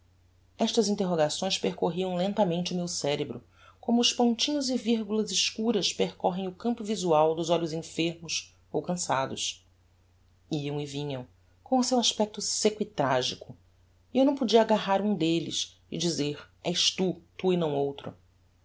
estas interrogações percorriam lentamente o meu cerebro como os pontinhos e virgulas escuras percorrem o campo visual dos olhos enfermos ou cansados iam e vinham com o seu aspecto secco e tragico e eu não podia agarrar um dellos e dizer és tu tu e não outro